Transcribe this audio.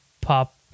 pop